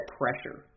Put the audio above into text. pressure